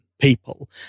people